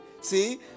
see